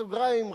בסוגריים,